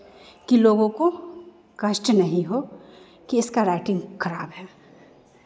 कि लोगों को कष्ट नहीं हो कि इसका राइटिंग खराब है